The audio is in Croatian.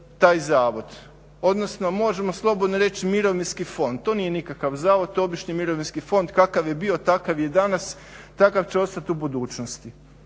taj zavod, odnosno možemo slobodno reći, mirovinski fond. To nije nikakav zavod, to je obični mirovinski fond, kakav je bio takav je i danas, takav će ostati u budućnosti.